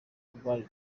rwari